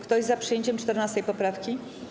Kto jest za przyjęciem 14. poprawki?